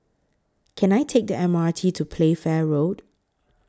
Can I Take The M R T to Playfair Road